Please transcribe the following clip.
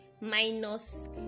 minus